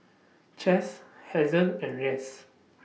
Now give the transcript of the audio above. Cas Hazelle and Reyes